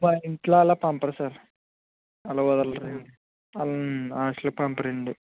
మా ఇంట్లో అలా పంపరు సార్ అలా వదలరండి హాస్టల్కి పంపరండి